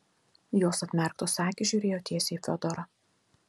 jos atmerktos akys žiūrėjo tiesiai į fiodorą